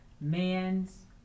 man's